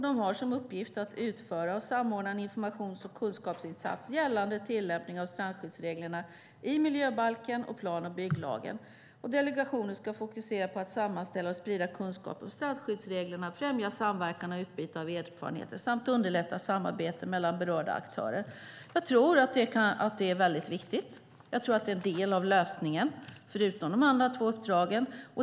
Den har som uppgift att utföra och samordna en informations och kunskapsinsats gällande tillämpningen av strandskyddsreglerna i miljöbalken och plan och bygglagen. Delegationen ska fokusera på att sammanställa och sprida kunskaper om strandskyddsreglerna, främja samverkan och utbyte av erfarenheter samt underlätta samarbete mellan berörda aktörer. Jag tror att det är väldigt viktigt och en del av lösningen, förutom de andra två uppdragen.